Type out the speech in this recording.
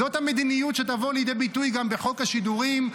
זאת המדיניות שתבוא לידי ביטוי גם בחוק השידורים.